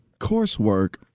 coursework